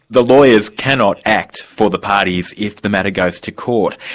the lawyers cannot act for the parties if the matter goes to court.